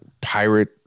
pirate